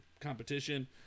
competition